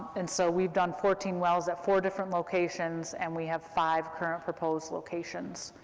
and so we've done fourteen wells at four different locations, and we have five current proposed locations.